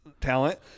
talent